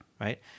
right